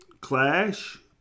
Clash